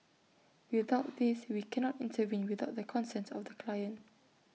without this we cannot intervene without the consent of the client